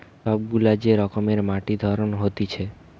সব গুলা যে রকমের মাটির ধরন হতিছে